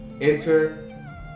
enter